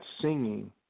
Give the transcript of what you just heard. singing